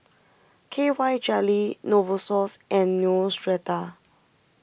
K Y Jelly Novosource and Neostrata